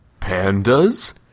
Pandas